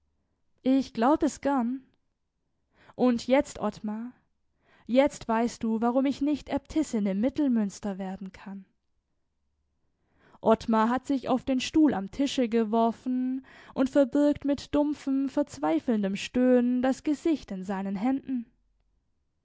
ich glaub es gern und jetzt ottmar jetzt weißt du warum ich nicht äbtissin im mittelmünster werden kann ottmar hat sich auf den stuhl am tische geworfen und verbirgt mit dumpfem verzweifelndem stöhnen das gesicht in seinen händen